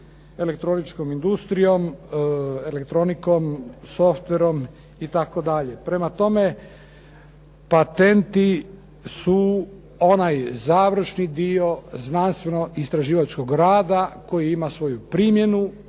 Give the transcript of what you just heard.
elektroničkom industrijom, elektronikom, softverom i tako dalje. Prema tome, patenti su onaj završni dio znanstveno-istraživačkog rada koji ima svoju primjenu,